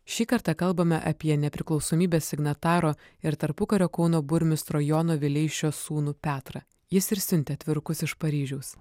šį kartą kalbame apie nepriklausomybės signataro ir tarpukario kauno burmistro jono vileišio sūnų petrą jis ir siuntė atvirukus iš paryžiaus